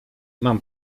mam